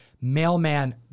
mailman